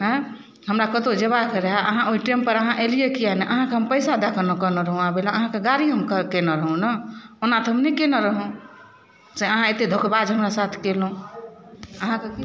आयँ हमरा कतौ जेबाके रहे अहाँ ओहि टाइम पर अहाँ एलियै किए नहि अहाँके हम पैसा दैके ने कहने रहूॅं आबै लए अहाँके गाड़ी हम केने रहूॅं ने ओना तऽ हम नहि कयने रहूॅं से अहाँ एते धोखेबाज हमरा साथ केलहुॅं अहाँ